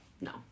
no